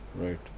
Right